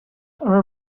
are